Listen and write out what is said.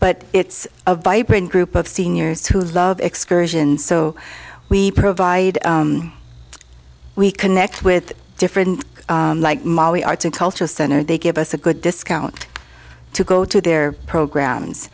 but it's a vibrant group of seniors who love excursion so we provide we connect with different like mali arts and cultural center they give us a good discount to go to their programs